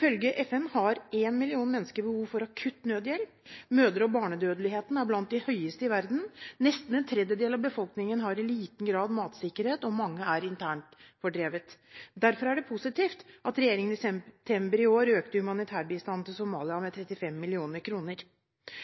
FN har en million mennesker behov for akutt nødhjelp. Mødre- og barnedødeligheten er blant de høyeste i verden, nesten en tredjedel av befolkningen har i liten grad matsikkerhet, og mange er internt fordrevne. Derfor er det positivt at regjeringen i september i år økte humanitærbistanden til Somalia med 35